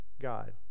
God